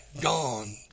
gone